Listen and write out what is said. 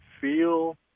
feel